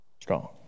strong